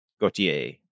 Gautier